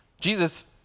Jesus